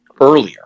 earlier